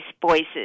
voices